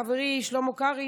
חברי שלמה קרעי,